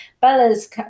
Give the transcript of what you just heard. Bella's